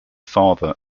father